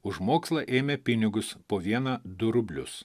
už mokslą ėmė pinigus po vieną du rublius